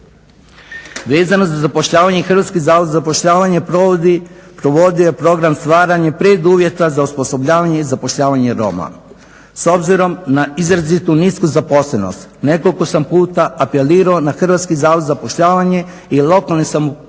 Vezano za zapošljavanje HZZZ provodio je program stvaranja preduvjeta za osposobljavanje i zapošljavanje Roma. S obzirom na izrazito nisku zaposlenost nekoliko sam puta apelirao na HZZZ-u i lokalne samouprave